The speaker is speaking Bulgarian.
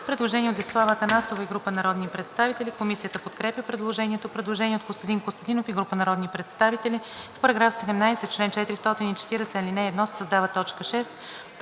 Предложение от Десислава Атанасова и група народни представители. Комисията подкрепя предложението. Предложение от Костадин Костадинов и група народни представители: „В § 17, чл. 440, в ал. 1 се създава т. 6: